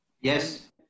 Yes